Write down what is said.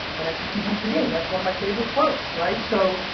and execution's the game, that's one of my favorite quotes. right? so,